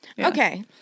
Okay